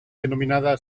denominada